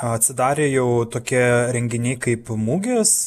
atsidarė jau tokie renginiai kaip mugės